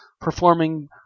performing